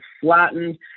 flattened